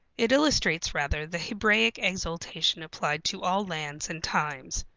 it illustrates rather the hebraic exultation applied to all lands and times.